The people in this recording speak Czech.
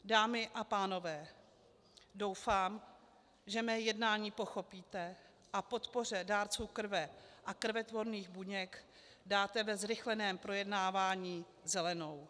Dámy a pánové, doufám, že mé jednání pochopíte a podpoře dárců krve a krvetvorných buněk dáte ve zrychleném projednávání zelenou.